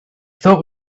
thought